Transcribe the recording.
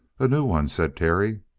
a new one, said terry.